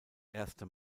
erste